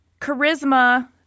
charisma